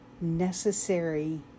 necessary